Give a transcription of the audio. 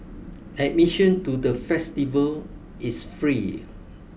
admission to the festival is free